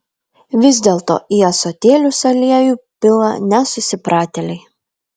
vis dėlto į ąsotėlius aliejų pila nesusipratėliai